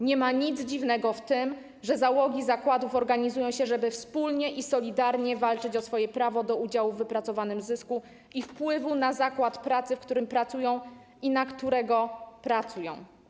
Nie ma nic dziwnego w tym, że załogi zakładów organizują się, żeby wspólnie i solidarnie walczyć o swoje prawo do udziału w wypracowanym zysku i wpływu na zakład pracy, w którym pracują i na który pracują.